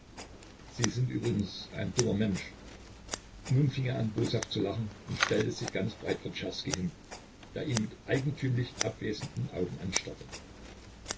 sie sind übrigens ein dummer mensch nun fing er an boshaft zu lachen und stellte sich ganz breit vor czerski hin der ihn mit eigentümlich abwesenden augen anstarrte